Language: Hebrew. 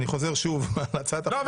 אני חוזר שוב על הצעת החוק --- לא,